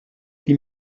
huit